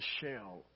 shell